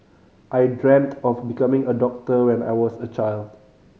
I dreamt of becoming a doctor when I was a child